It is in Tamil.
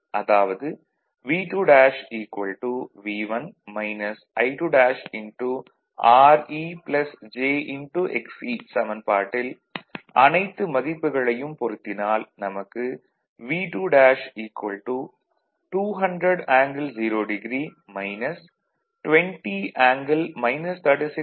அதாவது V2' V1 I2'Re jXe சமன்பாட்டில் அனைத்து மதிப்புகளையும் பொருத்தினால் நமக்கு V2' 200 ஆங்கிள் 0° - 20 ஆங்கிள் 36